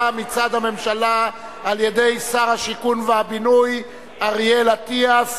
מצד הממשלה על-ידי שר הבינוי והשיכון אריאל אטיאס.